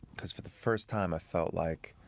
because for the first time, felt like,